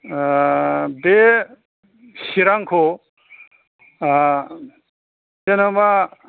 ओ बे चिरांखौ ओ जेन'बा